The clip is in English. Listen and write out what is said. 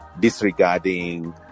disregarding